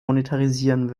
monetarisieren